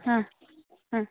ಹಾಂ ಹಾಂ